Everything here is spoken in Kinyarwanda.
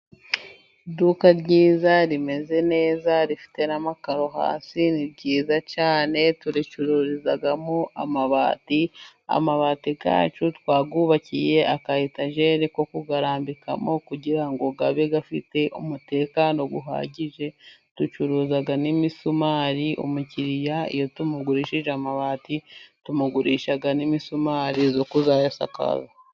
Iduka ryiza rimeze neza, rifite n'amakaro hasi ni ryiza cyane. Turicururizamo amabati. Amabati yacu twayubakiye akayetajeri ko kuyarambikamo kugira ngo abe afite umutekano uhagije. Ducuruza n'imisumari. Umukiriya iyo tumugurishije amabati, tumugurisha n'imisumari yo kuzayasakaza.